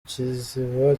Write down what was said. kiziba